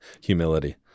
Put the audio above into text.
humility